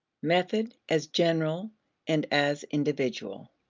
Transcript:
method as general and as individual.